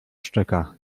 szczeka